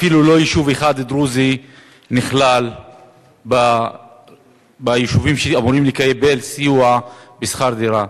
אפילו לא יישוב אחד דרוזי נכלל ביישובים שאמורים לקבל סיוע בשכר דירה.